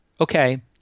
okay